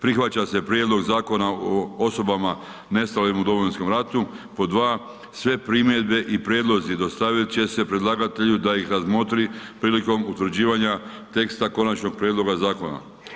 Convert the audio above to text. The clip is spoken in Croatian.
Prihvaća se prijedlog Zakona o osobama nestalim u Domovinskom ratu, pod 2. sve primjedbe i prijedlozi dostavljat će se predlagatelju da ih razmotri prilikom utvrđivanja teksta konačnog prijedloga zakona.